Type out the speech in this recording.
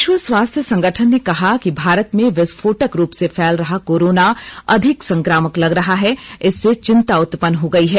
विश्व स्वास्थ्य संगठन ने कहा कि भारत में विस्फोटक रूप से फैल रहा कोरोना अधिक संक्रामक लग रहा है इससे चिंता उत्पन्न हो गई है